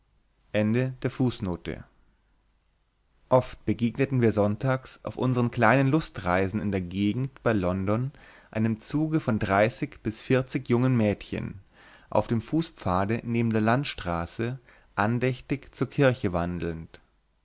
oft begegneten wir sonntags auf unseren kleinen lustreisen in der gegend bei london einem zuge von dreißig bis vierzig jungen mädchen auf dem fußpfade neben der landstraße andächtig zur kirche wandelnd